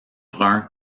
brun